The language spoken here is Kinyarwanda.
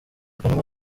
panama